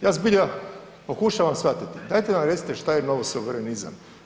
Ja zbilja pokušavam shvatiti, dajte nam recite što je novo suverenizam?